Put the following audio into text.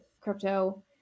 crypto